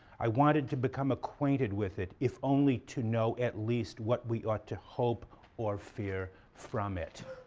i wanted to become acquainted with it if only to know at least what we ought to hope or fear from it.